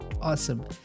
Awesome